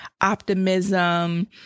optimism